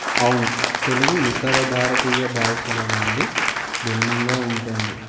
అవును తెలుగు ఇతర భారతీయ భాషల నుండి భిన్నంగా ఉంటుంది